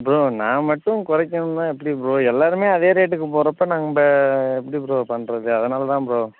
bro நான் மட்டும் குறைக்கணும்னா எப்படி ப்ரோ எல்லோருமே அதே ரேட்டுக்கு போகிறப்ப நம்ம எப்படி ப்ரோ பண்ணுறது அதனால் தான் ப்ரோ